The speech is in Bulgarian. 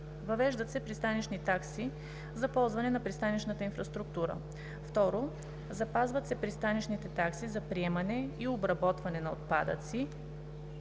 въвеждат се пристанищни такси за ползване на пристанищната инфраструктура; 2. запазват се пристанищните такси за приемане и обработване на отпадъци